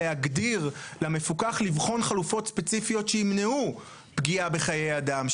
להגדיר למפוקח לבחון חלופות ספציפיות שימנעו פגיעה בחיי אדם,